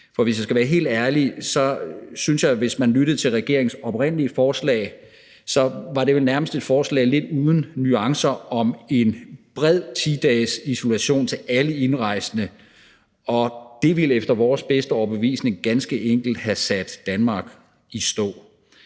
For hvis jeg skal være helt ærlig, synes jeg, hvis man lyttede til regeringens oprindelige forslag, at det nærmest var et forslag lidt uden nuancer om en bred 10-dagesisolation for alle indrejsende, og det ville efter vores bedste overbevisning ganske enkelt have sat Danmark i stå